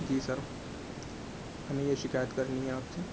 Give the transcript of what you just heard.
جی sir ہمیں یہ شکایت کرنی ہے آپ سے